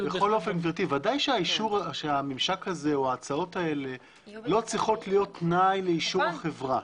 ודאי שהממשק הזה או ההצעות האלה לא צריכות להיות תנאי לאישור חברה.